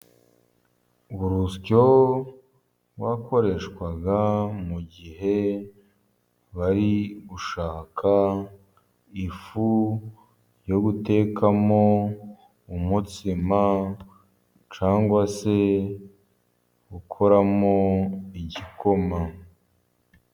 Uru rusyo wakoreshwaga mu gihe bari gushaka ifu yo gutekamo umutsima , cyangwa se gukoramo igikoma.